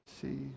See